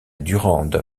durande